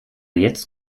jetzt